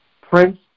Prince